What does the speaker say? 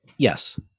Yes